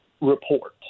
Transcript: report